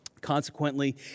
Consequently